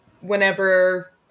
whenever